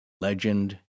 legend